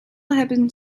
hebben